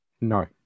No